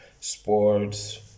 sports